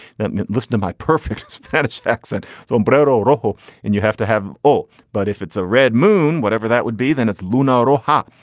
listen to my perfect spanish accent sombrero rahul and you have to have all. but if it's a red moon, whatever that would be, then it's luna oha.